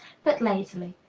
but lazily.